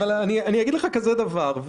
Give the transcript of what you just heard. אגיד לך כזה דבר,